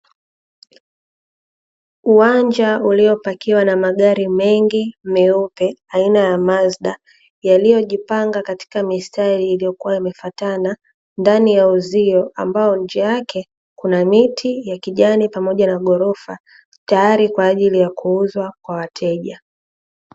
Uwanja uliopakiwa na magari mengi meupe aina ya "Mazda". Yaliyojipanga katika mistari iliyokuwa imefatana ndani ya uzio, ambao nje yake kuna miti ya kijani pamoja na ghorofa, tayari kwa ajili ya kuuzwa kwa wateja.